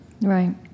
Right